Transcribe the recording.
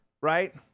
right